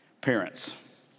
Parents